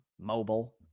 mobile